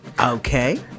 Okay